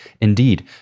Indeed